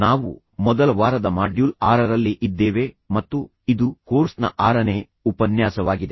ನಾವು ಮೊದಲ ವಾರದ ಮಾಡ್ಯೂಲ್ ಆರರಲ್ಲಿ ಇದ್ದೇವೆ ಮತ್ತು ಇದು ಕೋರ್ಸ್ ನ ಆರನೇ ಉಪನ್ಯಾಸವಾಗಿದೆ